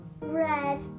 red